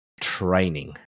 training